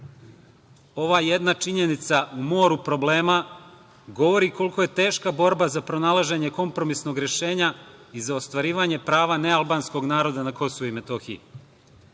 Ova jedna činjenica u moru problema govori koliko je teška borba za pronalaženje kompromisnog rešenja i za ostvarivanje prava nealbanskog naroda na KiM.Predsednik